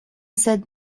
said